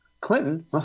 Clinton